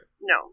no